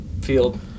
field